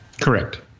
Correct